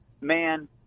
man